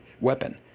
weapon